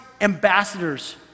ambassadors